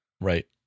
right